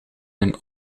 een